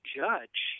judge